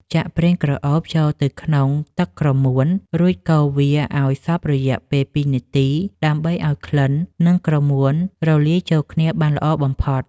ចាក់ប្រេងក្រអូបចូលទៅក្នុងទឹកក្រមួន រួចកូរវាឱ្យសព្វរយៈពេល ២ នាទី ដើម្បីឱ្យក្លិន និងក្រមួនរលាយចូលគ្នាបានល្អបំផុត។